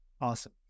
Awesome